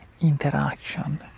interaction